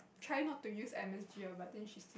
try not to use M_S_G lor but then she's